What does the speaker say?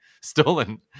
stolen